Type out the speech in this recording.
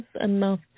enough